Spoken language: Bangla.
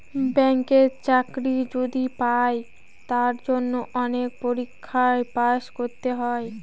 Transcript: ব্যাঙ্কের চাকরি যদি পাই তার জন্য অনেক পরীক্ষায় পাস করতে হয়